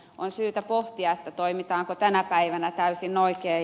on syytä pohtia toimitaanko tänä päivänä täysin oikein